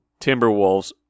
Timberwolves